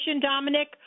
Dominic